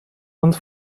uns